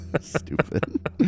Stupid